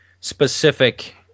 specific